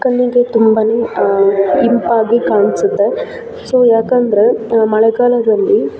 ಕಣ್ಣಿಗೆ ತುಂಬ ಇಂಪಾಗಿ ಕಾಣಿಸುತ್ತೆ ಸೊ ಯಾಕಂದರೆ ಮಳೆಗಾಲದಲ್ಲಿ